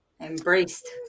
Embraced